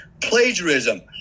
plagiarism